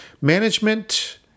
Management